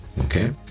okay